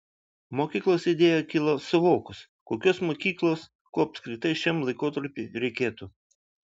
mokyklos idėja kilo suvokus kokios mokyklos ko apskritai šiam laikotarpiui reikėtų